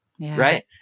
Right